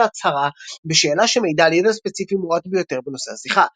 להצהרה בשאלה שמעידה על ידע ספציפי מועט ביותר בנושא השיחה.